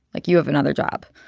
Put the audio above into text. like you have another job.